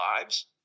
lives